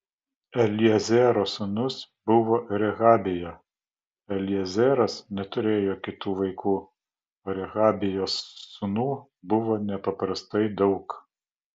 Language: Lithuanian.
eliezero sūnus buvo rehabija eliezeras neturėjo kitų vaikų o rehabijos sūnų buvo nepaprastai daug